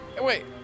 wait